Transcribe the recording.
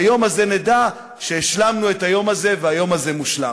ביום הזה נדע שהשלמנו את היום הזה והיום הזה מושלם.